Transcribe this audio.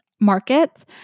markets